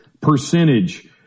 percentage